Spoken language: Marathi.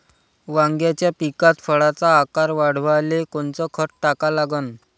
वांग्याच्या पिकात फळाचा आकार वाढवाले कोनचं खत टाका लागन?